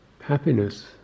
happiness